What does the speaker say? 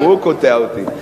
הוא קוטע אותי.